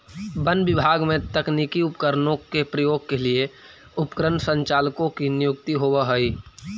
वन विभाग में तकनीकी उपकरणों के प्रयोग के लिए उपकरण संचालकों की नियुक्ति होवअ हई